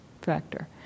factor